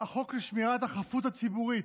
החוק לשמירת החפות הציבורית,